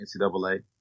ncaa